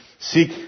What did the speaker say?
Seek